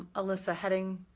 alyssa, heading